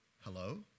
hello